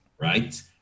right